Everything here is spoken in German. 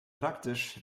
praktisch